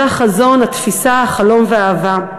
זה החזון, התפיסה, החלום והאהבה.